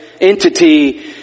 entity